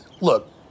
look